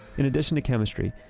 in addition to chemistry,